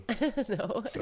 No